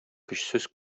көчсез